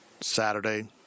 Saturday